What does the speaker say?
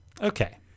okay